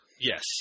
Yes